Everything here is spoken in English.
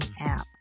app